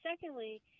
Secondly